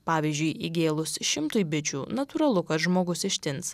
pavyzdžiui įgėlus šimtui bičių natūralu kad žmogus ištins